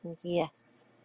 Yes